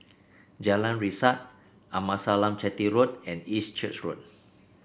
Jalan Resak Amasalam Chetty Road and East Church Road